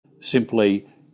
simply